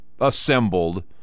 assembled